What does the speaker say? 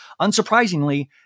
Unsurprisingly